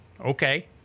Okay